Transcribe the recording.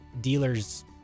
dealers